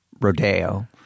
Rodeo